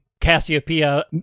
Cassiopeia